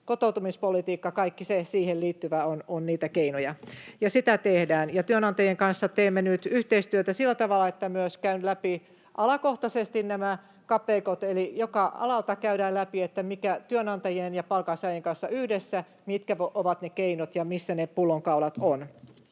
kotoutumispolitiikka, kaikki siihen liittyvä — ne ovat niitä keinoja, ja sitä tehdään. Työnantajien kanssa teemme nyt yhteistyötä sillä tavalla, että myös käyn läpi alakohtaisesti nämä kapeikot, eli joka alalta käydään läpi työnantajien ja palkansaajien kanssa yhdessä, mitkä ovat ne keinot ja missä ne pullonkaulat ovat.